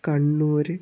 Kannur